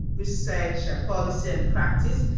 research, policy, and practice,